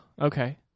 Okay